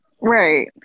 Right